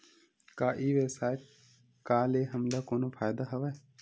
का ई व्यवसाय का ले हमला कोनो फ़ायदा हवय?